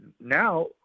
now